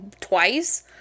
twice